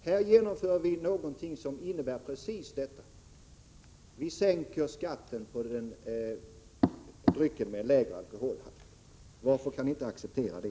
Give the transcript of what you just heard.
Här genomför vi något som innebär precis detta. Vi sänker skatten på drycker med lägre alkoholhalt. Varför kan ni inte acceptera det?